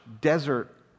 desert